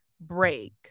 break